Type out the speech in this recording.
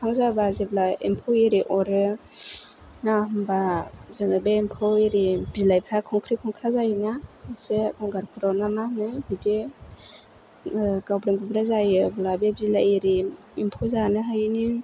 बिफां जाबा जेब्ला एम्फौ एरि अरो ना होमबा जोङो बे एम्फौ एरि बिलाइफ्रा खंख्रि खंख्रा जायोना एसे गंगार खर' ना मा होनो बिदि गावब्रा गुब्रा जायो होमबा बे बिलाइ एरि एम्फौ जानो हायैनि